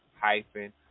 hyphen